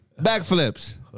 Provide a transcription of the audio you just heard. backflips